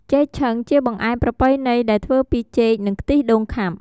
ចេកឆឹង ជាបង្អែមប្រពៃណីដែលធ្វើពី ចេក និងខ្ទិះដូងខាប់។